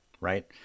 right